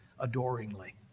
adoringly